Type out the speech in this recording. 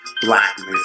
Blackness